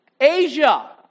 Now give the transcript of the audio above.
Asia